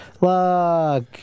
Look